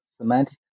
semantic